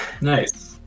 Nice